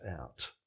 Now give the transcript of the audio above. out